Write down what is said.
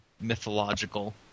mythological